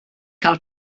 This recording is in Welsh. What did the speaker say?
cael